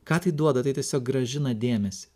ką tai duoda tai tiesiog grąžina dėmesį